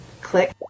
click